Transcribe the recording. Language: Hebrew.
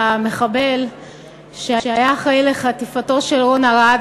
המחבל שהיה אחראי לחטיפתו של רון ארד,